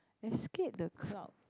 I scared the crowd